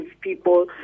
people